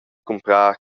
cumprar